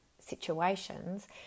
situations